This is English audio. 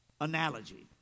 analogy